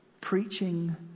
preaching